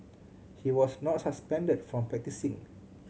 he was not suspended from practising